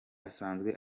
asanzwe